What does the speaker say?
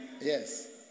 Yes